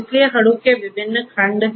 इसलिए Hadoop के विभिन्न खंड हैं